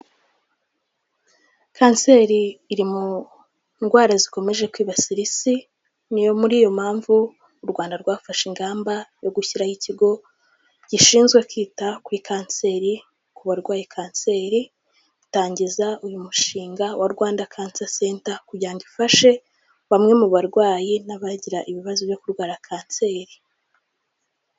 Kanseri iri mu ndwara zikomeje kwibasira isi, ni muri iyo mpamvu u Rwanda rwafashe ingamba yo gushyiraho ikigo gishinzwe kwita kuri kanseri ku barwaye kanseri, itangiza uyu mushinga wa Rwanda Cancer Centre kugira ngo ifashe bamwe mu barwayi n'abagira ibibazo byo kurwara kanseri.